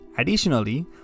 Additionally